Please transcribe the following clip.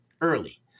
early